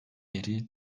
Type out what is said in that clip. beri